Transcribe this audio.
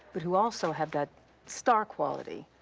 but who also have that star quality.